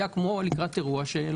הייתה כמו לקראת אירוע.